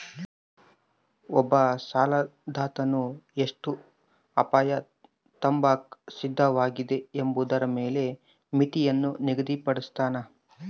ಒಬ್ಬ ಸಾಲದಾತನು ಎಷ್ಟು ಅಪಾಯ ತಾಂಬಾಕ ಸಿದ್ಧವಾಗಿದೆ ಎಂಬುದರ ಮೇಲೆ ಮಿತಿಯನ್ನು ನಿಗದಿಪಡುಸ್ತನ